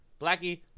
Blackie